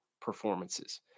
performances